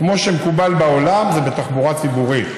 כמו שמקובל בעולם, זה בתחבורה ציבורית.